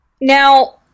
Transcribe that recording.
Now